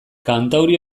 kantauri